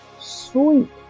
sweet